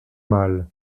mal